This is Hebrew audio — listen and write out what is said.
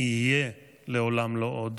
יהיה לעולם לא עוד,